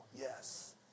Yes